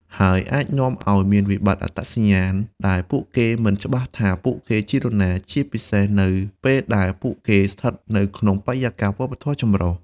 ហើយអាចនាំឱ្យមានវិបត្តិអត្តសញ្ញាណ ដែលពួកគេមិនច្បាស់ថាពួកគេជានរណា ជាពិសេសនៅពេលដែលពួកគេស្ថិតនៅក្នុងបរិយាកាសវប្បធម៌ចម្រុះ។